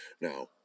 Now